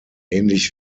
ähnlich